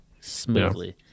Smoothly